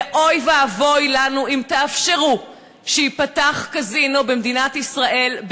ואוי ואבוי לנו אם תאפשרו שייפתח קזינו במדינת ישראל,